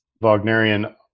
Wagnerian